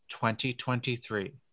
2023